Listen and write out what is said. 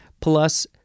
plus